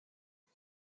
die